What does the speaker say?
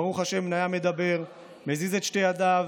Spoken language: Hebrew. ברוך השם בניה מדבר, מזיז את שתי ידיו,